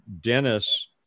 Dennis